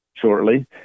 shortly